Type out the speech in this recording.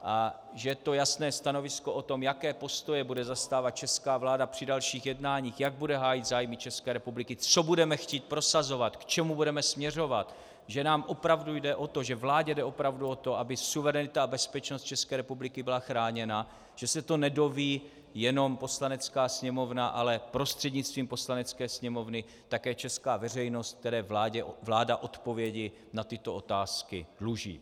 A že to jasné stanovisko o tom, jaké postoje bude zastávat česká vláda při dalších jednáních, jak bude hájit zájmy České republiky, co budeme chtít prosazovat, k čemu budeme směřovat, že nám opravdu jde o to, že vládě jde opravdu o to, aby suverenita a bezpečnost České republiky byla chráněna, že se to nedoví jenom Poslanecká sněmovna, ale prostřednictvím Poslanecké sněmovny také česká veřejnost, které vláda odpovědi na tyto otázky dluží.